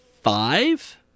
five